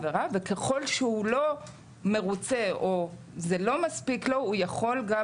וככל שהוא לא מרוצה או זה לא מספיק לו הוא יכול גם